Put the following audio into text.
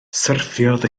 syrthiodd